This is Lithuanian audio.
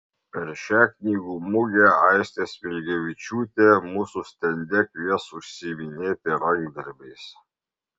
per šią knygų mugę aistė smilgevičiūtė mūsų stende kvies užsiiminėti rankdarbiais